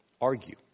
argue